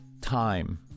time